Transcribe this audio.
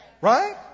right